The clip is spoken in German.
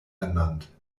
ernannt